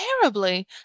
terribly